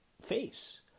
face